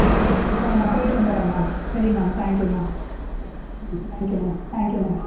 ஆ ஓ நான் போயிவிட்டு வந்துடுறேன் மேம் சரி ma'am thank you ma'am thank you ma'am thank you ma'am